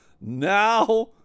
Now